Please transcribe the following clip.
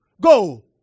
Go